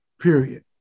period